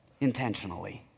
intentionally